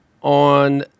on